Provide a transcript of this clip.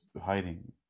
hiding